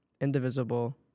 indivisible